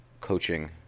coaching